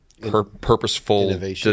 purposeful